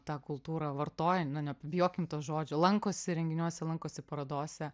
tą kultūrą vartoja nepabijokim to žodžio lankosi renginiuose lankosi parodose